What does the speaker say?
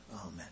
amen